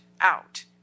out